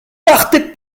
partez